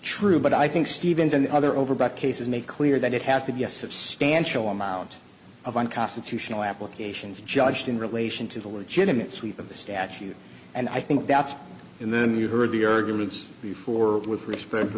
true but i think stevens and the other over back cases make clear that it has to be a substantial amount of unconstitutional applications judged in relation to the legitimate sweep of the statute and i think that's and then you've heard the arguments before with respect to